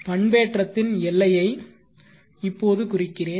பண்பேற்றத்தின் எல்லையை இப்போது குறிக்கிறேன்